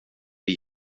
det